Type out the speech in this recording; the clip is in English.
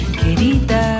querida